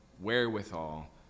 wherewithal